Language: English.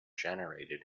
generated